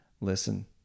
listen